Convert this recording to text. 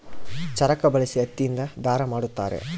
ಚರಕ ಬಳಸಿ ಹತ್ತಿ ಇಂದ ದಾರ ಮಾಡುತ್ತಾರೆ